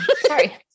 Sorry